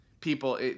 people